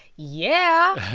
yeah